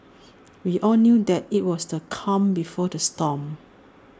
we all knew that IT was the calm before the storm